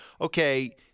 okay